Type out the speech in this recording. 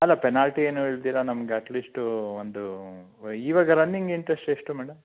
ಅಲ್ಲ ಪೆನಾಲ್ಟಿ ಏನು ಇಲ್ದಿರಾ ನಮ್ಗೆ ಅಟ್ಲೀಶ್ಟೂ ಒಂದು ಈವಾಗ ರನ್ನಿಂಗ್ ಇಂಟ್ರೆಶ್ಟ್ ಎಷ್ಟು ಮೇಡಮ್